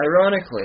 Ironically